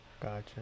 gotcha